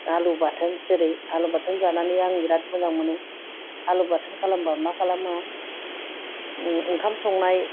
आलु बाथोन जेरै आलु बाथोन जानानै आं बिराद मोजां मोनो आलु बाथोन खालामबा मा खालामो आं ओंखाम संनाय